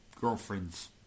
girlfriend's